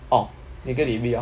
orh 有一个 baby lor